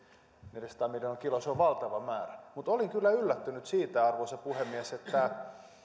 neljäsataa miljoonaa kiloa se on valtava määrä mutta olin kyllä yllättynyt siitä arvoisa puhemies että